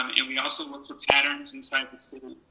um and we also look for patterns inside the city.